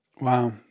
Wow